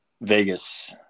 Vegas